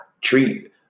treat